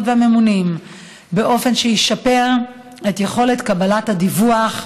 והממונים באופן שישפר את יכולת קבלת הדיווח,